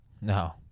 No